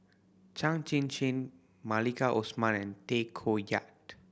Chin Chin Maliki Osman and Tay Koh Yat